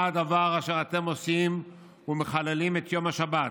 הדבר אשר אתם עֹשים ומחללים את יום השבת.